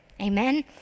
amen